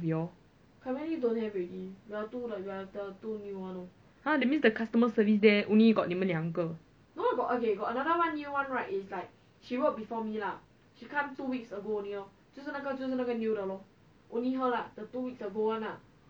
!huh! that means the customer service there only got 你们两个